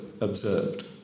observed